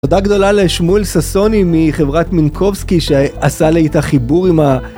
תודה גדולה לשמואל ששוני מחברת מינקובסקי שעשה לי את החיבור עם ה...